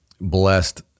blessed